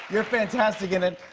you're fantastic in it.